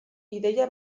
ideia